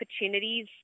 opportunities